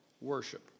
Worship